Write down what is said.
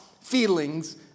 feelings